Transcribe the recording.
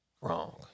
Wrong